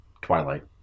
Twilight